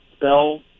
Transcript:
Bell